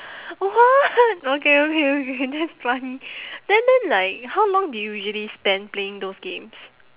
what okay okay okay that's funny then then like how long do you usually spend playing those games